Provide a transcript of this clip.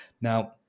Now